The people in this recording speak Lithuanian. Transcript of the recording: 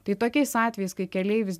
tai tokiais atvejais kai keleivis